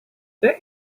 that